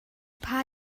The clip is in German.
paar